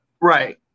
Right